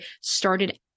started